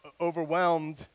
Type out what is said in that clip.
overwhelmed